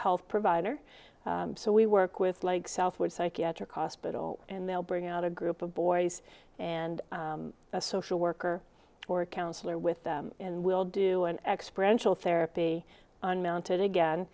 health provider so we work with like southwards psychiatric hospital and they'll bring out a group of boys and a social worker or a counselor with them and we'll do an expert anshul therapy on mounted